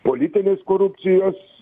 politinės korupcijos